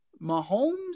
Mahomes